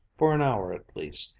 for an hour at least,